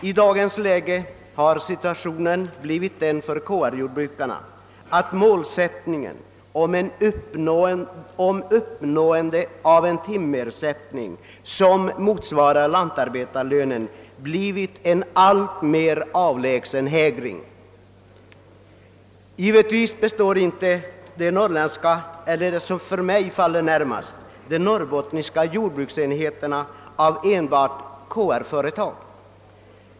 I dag har situationen för KR jordbrukarna blivit den att målet — uppnående av en timersättning som motsvarar lantarbetarlönen — blivit en alltmer avlägsen hägring. Givetvis består inte de norrländska och särskilt inte de norrbottniska jordbruksenheterna av enbart KR-företag.